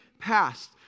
past